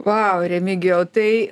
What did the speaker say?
vau remigijau tai